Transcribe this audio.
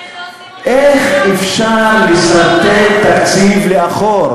לכן לא, איך אפשר לסרטט תקציב לאחור,